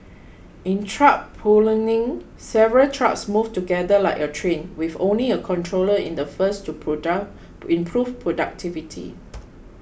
in truck platooning several trucks move together like a train with only a controller in the first to product to improve productivity